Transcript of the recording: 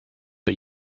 but